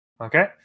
Okay